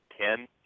ten